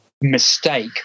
mistake